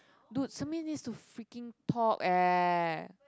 dude somebody needs to freaking talk eh